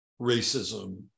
racism